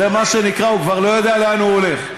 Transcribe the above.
זה מה שנקרא, הוא כבר לא יודע לאן הוא הולך.